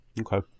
Okay